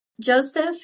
Joseph